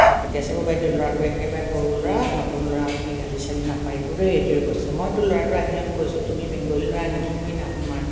কথা পাতি আছোঁ অ' বাইদেউ ল'ৰাটো একেবাৰে সৰু ল'ৰা নতুন ল'ৰা আপুনি একেবাৰে গালি চালি নাপাৰিব দেই এইটোৱে কৈছে মইতো ল'ৰাটো আহিলত কৈছোঁ তুমি বেংগলী ল'ৰা নেকি কি নাম তোমাৰ